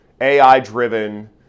AI-driven